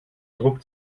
druck